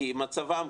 כי מצבם,